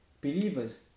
believers